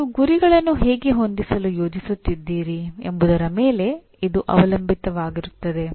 ನೀವು ಗುರಿಗಳನ್ನು ಹೇಗೆ ಹೊಂದಿಸಲು ಯೋಜಿಸುತ್ತಿದ್ದೀರಿ ಎಂಬುದರ ಮೇಲೆ ಇದು ಅವಲಂಬಿತವಾಗಿರುತ್ತದೆ